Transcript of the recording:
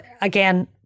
again